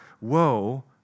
woe